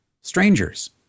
Strangers